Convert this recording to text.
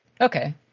Okay